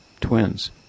twins